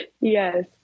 Yes